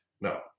No